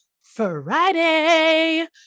Friday